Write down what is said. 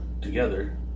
together